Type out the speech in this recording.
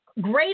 great